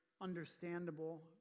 understandable